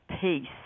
peace